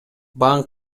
банк